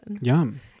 yum